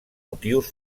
motius